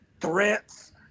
threats